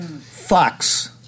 Fox